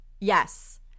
Yes